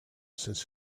since